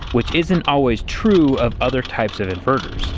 which isn't always true of other types of inverters.